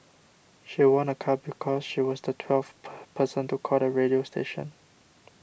she won a car because she was the twelfth person to call the radio station